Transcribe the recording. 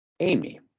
Amy